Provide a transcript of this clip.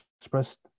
expressed